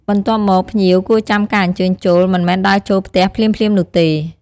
បន្ទាប់មក ភ្ញៀវគួរចាំការអញ្ជើញចូល មិនមែនដើរចូលផ្ទះភ្លាមៗនោះទេ។